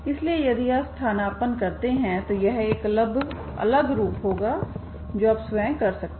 इसलिए यदि आप स्थानापन्न करते हैं तो यह एक अलग रूप लेगा जो आप स्वयं कर सकते हैं